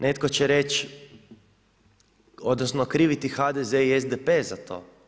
Netko će reći odnosno kriviti HDZ-e i SDP-e za to.